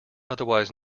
otherwise